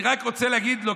אני רק רוצה להגיד לו,